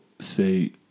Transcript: say